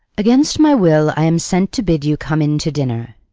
against my will i am sent to bid you come in to dinner.